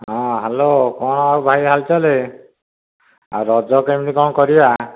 ହଁ ହ୍ୟାଲୋ କ'ଣ ଆଉ ଭାଇ ହାଲ ଚାଲେ ଆଉ ରଜ କେମିତି କ'ଣ କରିବା